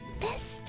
best